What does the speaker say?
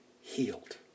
healed